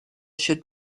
should